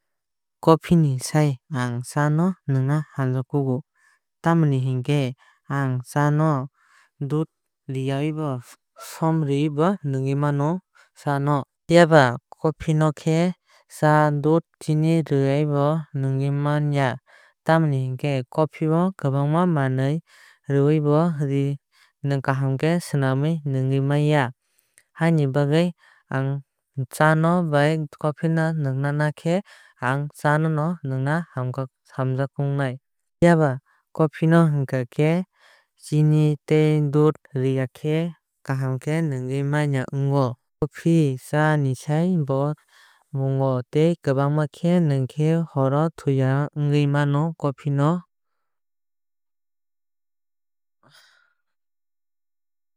Coffee ni sai ang cha nwngna hamjakgo tamoni hinkhe aang cha no dudh rwuiya ui bo som rwui bo nwngwui mano cha no. Phiaba coffe no khe chini tei dudh rwuiya khe khama ni nwngwui maya. Tamoni hinkhe coffe o kwbangma manwui rwuui bo nwng kaham khe swnamwui ngnwui maiya. Haini bagwui aang cha no bai coffee no nwngna khe aang chano no nwngna hamjakuknai. Phiaba coffee no hinkhakhe chini tei dudh rwuiya khe kaham khe nwngwui manya ongo. Coffe cha ni sai bo mwnago tei kwbang khe nwng khe horo thuyui maya ongo coffee no.